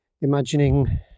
imagining